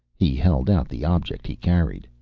he held out the object he carried.